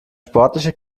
sportliche